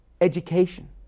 education